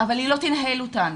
אבל היא לא תנהל אותנו.